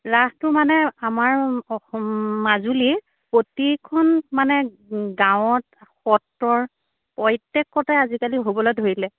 ৰাসটো মানে আমাৰ মাজুলীত প্ৰতিখন মানে গাঁৱত সত্ৰৰ প্ৰত্যেকতে আজিকালি হ'বলৈ ধৰিলে